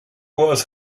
was